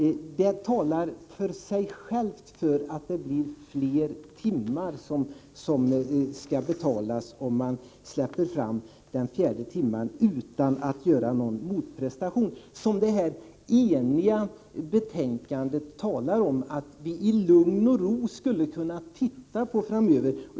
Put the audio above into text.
Det säger sig självt att det blir fler timmar som skall betalas om man släpper fram den fjärde timmen utan någon motprestation. Enligt det här enhälliga betänkandet skulle vi ju i lugn och ro kunna se på det hela framöver.